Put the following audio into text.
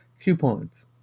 coupons